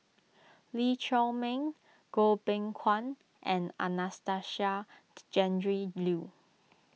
Lee Chiaw Meng Goh Beng Kwan and Anastasia Tjendri Liew